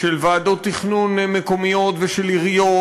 של ועדות תכנון מקומיות ושל עיריות,